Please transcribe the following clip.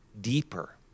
deeper